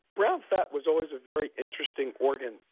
brown fat was always a very interesting organ.